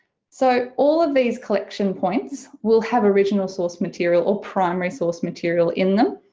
so all of these collection points will have original source material or primary source material in them.